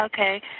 Okay